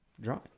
Drawing